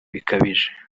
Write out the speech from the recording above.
bikabije